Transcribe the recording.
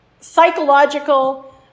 psychological